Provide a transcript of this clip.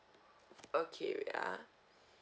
okay wait ah